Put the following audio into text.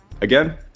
Again